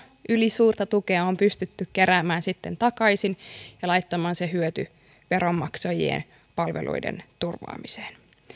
ylisuurta tukea on pystytty keräämään takaisin ja laittamaan se hyöty veronmaksajien palveluiden turvaamiseen